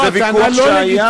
וזה ויכוח שהיה.